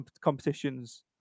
competitions